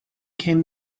came